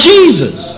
Jesus